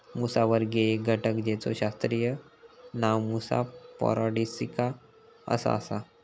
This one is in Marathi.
मुसावर्गीय एक घटक जेचा शास्त्रीय नाव मुसा पॅराडिसिका असा आसा